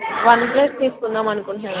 one plus తీసుకుందామని అనుకుంటున్నాను అండి